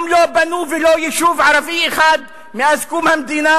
גם לא בנו ולו יישוב ערבי אחד מאז קום המדינה,